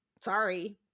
sorry